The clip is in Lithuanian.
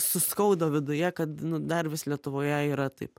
suskaudo viduje kad dar vis lietuvoje yra taip